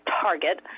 Target